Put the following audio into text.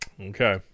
Okay